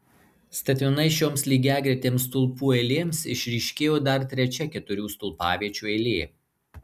statmenai šioms lygiagretėms stulpų eilėms išryškėjo dar trečia keturių stulpaviečių eilė